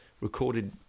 recorded